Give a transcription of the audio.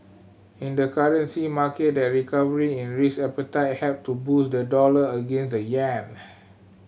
in the currency market the recovery in risk appetite helped to boost the dollar against the yen